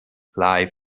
live